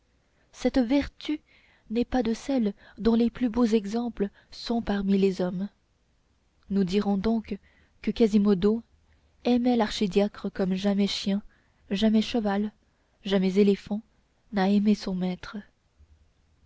cette vertu n'est pas de celles dont les plus beaux exemples sont parmi les hommes nous dirons donc que quasimodo aimait l'archidiacre comme jamais chien jamais cheval jamais éléphant n'a aimé son maître